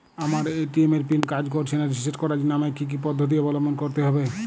আমার এ.টি.এম এর পিন কাজ করছে না রিসেট করার জন্য আমায় কী কী পদ্ধতি অবলম্বন করতে হবে?